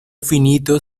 finito